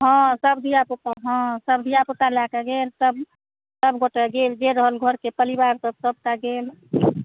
हँ सब धियापुता हँ सब धियापुता लए कऽ गेल सब सबगोटे गेल जे रहल घरके परिवार सबटा गेल